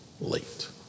late